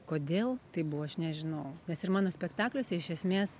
kodėl taip buvo aš nežinau nes ir mano spektakliuose iš esmės